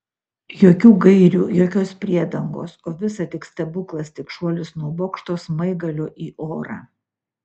jokių gairių jokios priedangos o visa tik stebuklas tik šuolis nuo bokšto smaigalio į orą